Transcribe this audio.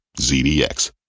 zdx